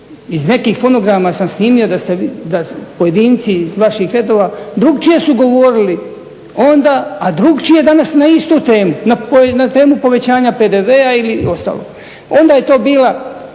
iz nekih fonograma sam snimio da pojedinci iz vaših redova drukčije su govorili onda a drukčije danas na istu temu, na temu povećanja PDV-a ili ostalog. Onda je to bio